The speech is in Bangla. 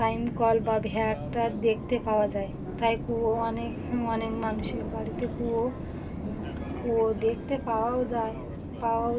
টাইম কল বা ভ্যাটটা দেখতে পাওয়া যায় তাই কুয়ো অনেক অনেক মানুষের বাড়িতে কুয়ো কুয়ো দেখতে পাওয়াও যায় পাওয়াও